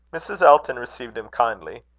mrs. elton received him kindly.